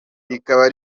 rikaba